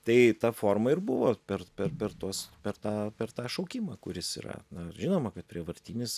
tai ta forma ir buvo per per per tuos per tą per tą šaukimą kuris yra na žinoma kad prievartinis